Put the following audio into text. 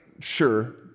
sure